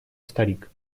старик